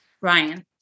Ryan